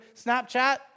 Snapchat